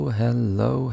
hello